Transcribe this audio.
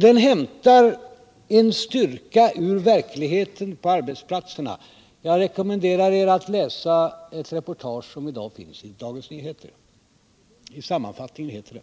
Det hämtar styrka i verkligheten på arbetsplatserna. Jag rekommenderar cr att läsa ett reportage som i dag finns i Dagens Nyheter. Där står bl.a.: